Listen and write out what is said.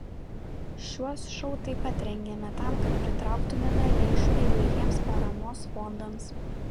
šiuos šou taip pat rengiame tam kad pritrauktumėme lėšų įvairiems paramos fondams